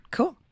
Cool